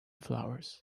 flowers